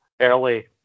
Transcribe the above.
early